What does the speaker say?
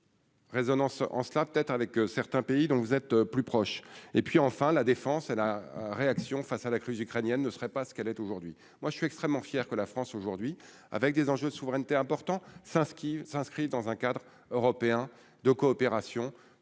Résonance en cela peut-être avec certains pays, dont vous êtes plus proche et puis enfin la défense et la réaction face à la crise ukrainienne ne serait pas ce qu'elle est aujourd'hui, moi je suis extrêmement fier que la France aujourd'hui avec des enjeux souveraineté importants, ce qui s'inscrit dans un cadre européen de coopération